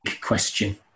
question